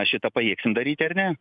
šitą pajėgsim daryti ar ne